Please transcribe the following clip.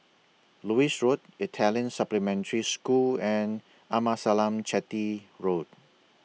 Lewis Road Italian Supplementary School and Amasalam Chetty Road